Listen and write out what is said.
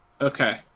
Okay